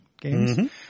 games